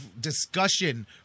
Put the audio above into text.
discussion